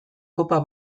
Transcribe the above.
kopa